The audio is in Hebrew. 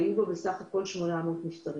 והיו בה בסך הכול 800 נפטרים.